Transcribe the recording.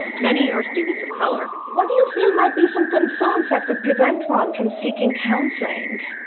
many are students of color what do you feel might be some concerns that could prevent one from seeking counseling